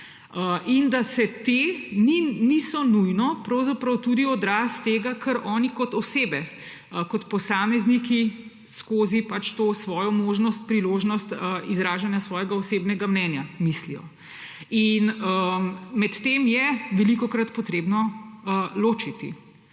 in da ti niso nujno pravzaprav tudi odraz tega, kar oni kot osebe, kot posamezniki skozi to svojo možnost, priložnost izražanja svojega osebnega mnenja mislijo. To je velikokrat potrebno ločiti.